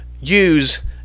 use